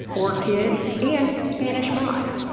orchids, and spanish moss.